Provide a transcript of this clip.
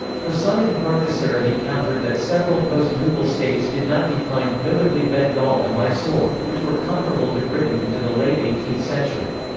prasannan parthasarathi countered that several post-mughal states did not decline, notably bengal and mysore, which were comparable to britain into the late eighteenth century.